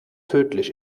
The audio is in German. tödlich